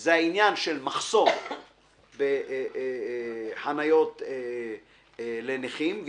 הוא המחסור בחניות לנכים.